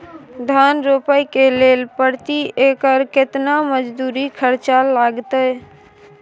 धान रोपय के लेल प्रति एकर केतना मजदूरी खर्चा लागतेय?